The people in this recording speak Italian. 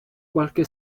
qualche